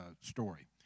story